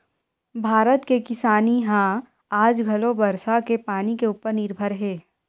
भारत के किसानी ह आज घलो बरसा के पानी के उपर निरभर हे